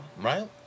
right